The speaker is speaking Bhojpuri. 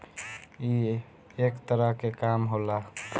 ई एक तरह के काम होला